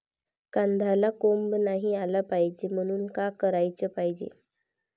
कांद्याला कोंब नाई आलं पायजे म्हनून का कराच पायजे?